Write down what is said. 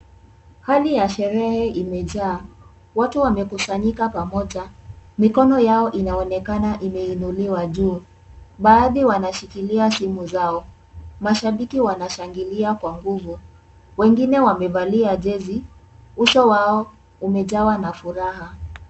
Hali ya sherehe imejaa. Watu wamekusanyika pamoja, mikono yao inaonekana imeinuliwa juu. Baadhi wanashikilia simu zao. Mashabiki wanashangilia kwa nguvu. Wengine wamevalia jezi, uso wao umejawa na furaha.